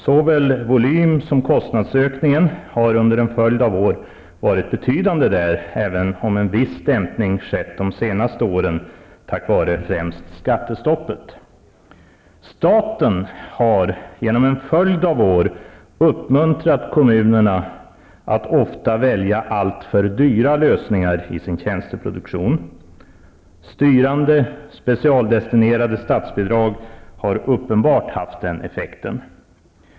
Såväl volym som kostnadsökning har under en följd av år varit betydande där, även om en viss dämpning har skett de senaste åren, främst tack vare skattestoppet. Staten har genom en följd av år uppmuntrat kommunerna att ofta välja alltför dyra lösningar i sin tjänsteproduktion. Styrande, specialdestinerade statsbidrag har uppenbart haft den effekten.